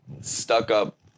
stuck-up